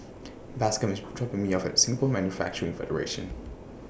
Bascom IS dropping Me off At Singapore Manufacturing Federation